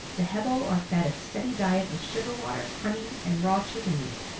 the hebo are fed a steady diet of sugar water, honey, and raw chicken meat.